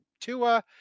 Tua